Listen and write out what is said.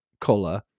color